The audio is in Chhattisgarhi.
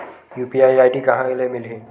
यू.पी.आई आई.डी कहां ले मिलही?